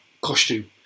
costume